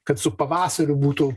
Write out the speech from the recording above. kad su pavasariu būtų